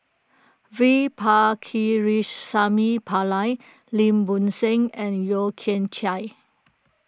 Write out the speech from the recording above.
V Pakirisamy Pillai Lim Bo Seng and Yeo Kian Chye